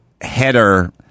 header